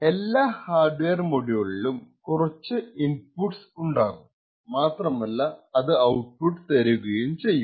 എല്ലാ ഹാർഡ്വെയർ മൊഡ്യൂലിനും കുറച്ചു ഇന്പുട്സ് ഉണ്ടാകും മാത്രേമല്ല അത് ഔട്ട്പുട്ട് തരുകയും ചെയ്യും